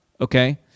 okay